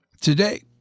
today